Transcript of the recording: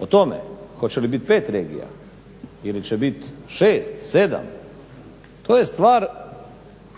O tome hoće li biti pet regija ili će biti šest, sedam, to je stvar